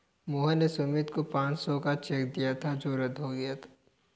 मोहन ने सुमित को पाँच सौ का चेक दिया था जो रद्द हो गया